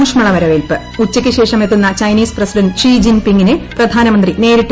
ഊഷ്മള വരവേൽപ്പ് ഉച്ചക്ക് ശേഷം എത്തുന്ന ചൈനീസ് പ്രസിഡന്റ് ഷി ജിൻ പീങിനെ പ്രധാനമന്ത്രി നേരിട്ട് സ്വീകരിക്കും